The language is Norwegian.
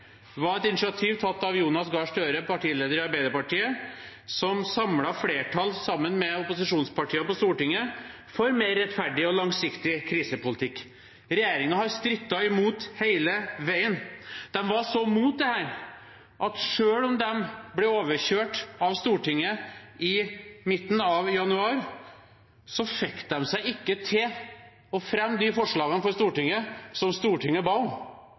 var et initiativ tatt av Jonas Gahr Støre, partileder i Arbeiderpartiet, som samlet flertall sammen med opposisjonspartiene på Stortinget for mer rettferdig og langsiktig krisepolitikk. Regjeringen har strittet imot hele veien. De var så mot dette at selv om de ble overkjørt av Stortinget i midten av januar, fikk de seg ikke til å fremme de forslagene for Stortinget som Stortinget ba